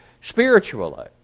spiritually